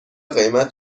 قیمت